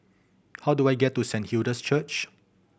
how do I get to Saint Hilda's Church